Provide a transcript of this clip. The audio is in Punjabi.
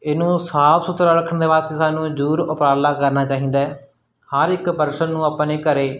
ਇਹਨੂੰ ਸਾਫ ਸੁਥਰਾ ਰੱਖਣ ਦੇ ਵਾਸਤੇ ਸਾਨੂੰ ਜ਼ਰੂਰ ਉਪਰਾਲਾ ਕਰਨਾ ਚਾਹੀਦਾ ਹਰ ਇੱਕ ਪਰਸਨ ਨੂੰ ਆਪਾਂ ਨੇ ਘਰ